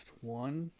one